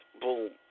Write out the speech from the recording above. boom